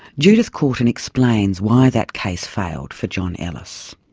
judith courtin explains why that case failed for john ellis.